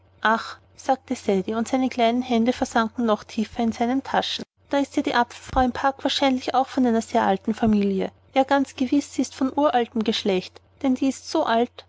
ach sagte cedrik und seine kleinen hände versanken noch tiefer in seine taschen da ist die apfelfrau beim park wahrscheinlich auch von sehr alter familie ja ganz gewiß ist sie von uraltem geschlecht denn die ist so alt